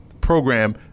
program